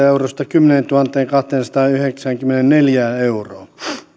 eurosta kymmeneentuhanteenkahteensataanyhdeksäänkymmeneenneljään euroon